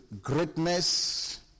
greatness